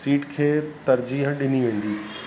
seat खे तरज़ीह ॾिनी वेंदी